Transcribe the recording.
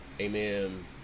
amen